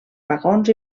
vagons